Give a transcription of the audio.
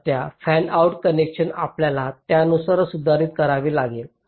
तर त्या fanout connection आपल्याला त्यानुसारच सुधारित करावे लागेल